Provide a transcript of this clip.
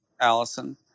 Allison